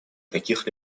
каких